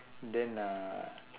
then uh